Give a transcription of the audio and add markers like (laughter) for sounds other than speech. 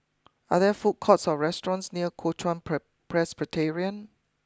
are there food courts or restaurants near Kuo Chuan (unintelligible) Presbyterian